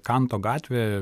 kanto gatvė